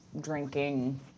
drinking